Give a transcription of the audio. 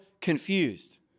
confused